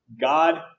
God